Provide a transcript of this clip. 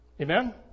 Amen